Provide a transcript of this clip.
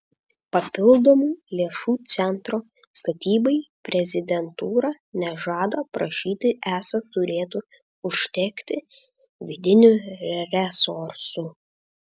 papildomų lėšų centro statybai prezidentūra nežada prašyti esą turėtų užtekti vidinių resursų